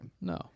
No